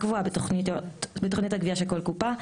הקבועה בתכנית הגבייה של כל קופה,